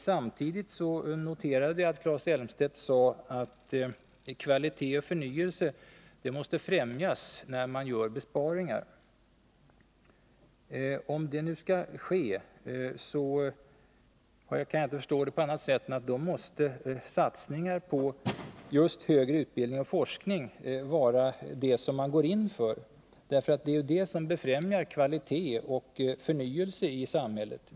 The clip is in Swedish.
Samtidigt noterade jag att Claes Elmstedt sade att kvalitet och förnyelse måste främjas när man gör besparingar. Om det nu skall ske, kan jag inte förstå det på annat sätt än att då måste satsningar på just högre utbildning och forskning vara det som man går in för. Det är ju det som främjar kvalitet och förnyelse i samhället.